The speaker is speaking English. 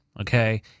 okay